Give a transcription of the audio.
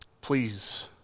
Please